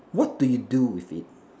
what do you do with it